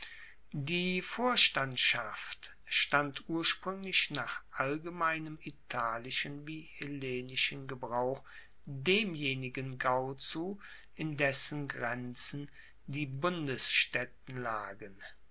die vorstandschaft stand urspruenglich nach allgemeinem italischen wie hellenischen gebrauch demjenigen gau zu in dessen grenzen die bundesstaetten lagen